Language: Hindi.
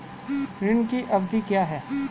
ऋण की अवधि क्या है?